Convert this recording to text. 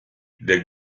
der